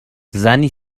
زنی